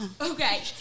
Okay